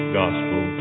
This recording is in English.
gospel